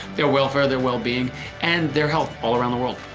their welfare, their well-being and their health all around the world.